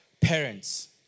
parents